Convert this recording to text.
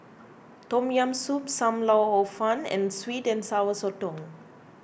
Tom Yam Soup Sam Lau Hor Fun and Sweet and Sour Sotong